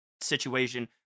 situation